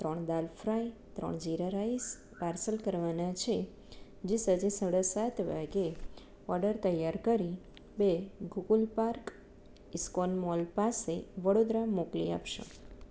ત્રણ દાળ ફ્રાય ત્રણ jeera rice parcel કરવાનું છે જે સાંજે સાડા સાત વાગે ઓર્ડર તૈયાર કરી તે ગૂગલ પાર્ક ઇસ્કોન મોલ પાસે વડોદરા મોકલી આપશો